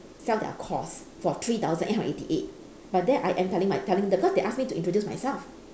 sell their course for three thousand eight hundred eighty eight but there I am telling my telling the because they ask me to introduce myself